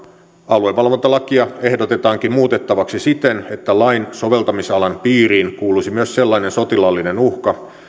aluevalvontalakia ehdotetaankin muutettavaksi siten että lain soveltamisalan piiriin kuuluisi myös sellainen sotilaallinen uhka